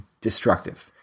destructive